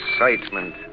Excitement